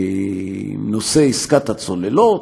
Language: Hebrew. על נושא עסקת הצוללות,